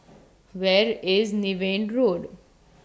Where IS Niven Road